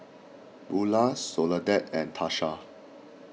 Beulah Soledad and Tarsha